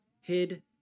hid